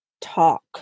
talk